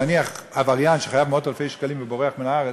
נניח עבריין שחייב מאות-אלפי שקלים ובורח מן הארץ,